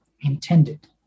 intended